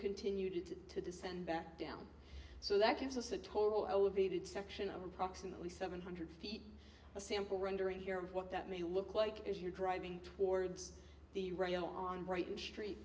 continued to descend back down so that gives us a total elevated section of approximately seven hundred feet a sample rendering here of what that me look like as you're driving towards the rail on brighton street